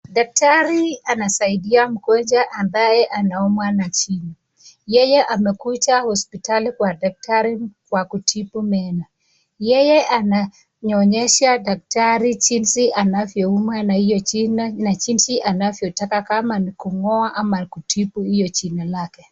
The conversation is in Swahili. Daktari anasaidia mgonjwa ambaye anaumwa na jino, yeye amekuja hospitali kwa daktari wa kutibu meno, yeye anaonyesha daktari jinzi anavyo umwaa na hiyo jino na jinzi anavyotaka kama kungoa ama kutibu hiyo jino lake.